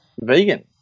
vegan